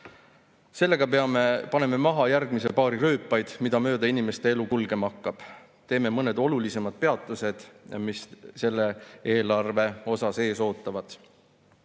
Sellega paneme maha järgmise paari rööpaid, mida mööda inimeste elu kulgema hakkab. Teeme mõned olulisemad peatused, mis selle eelarve osas ees ootavad.